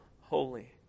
holy